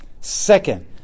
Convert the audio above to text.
Second